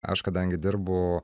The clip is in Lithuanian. aš kadangi dirbu